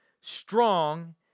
strong